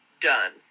done